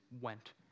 went